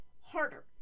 harder